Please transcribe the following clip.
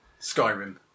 Skyrim